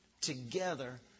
together